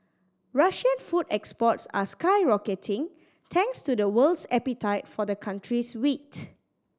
Russian food exports are skyrocketing thanks to the world's appetite for the country's wheat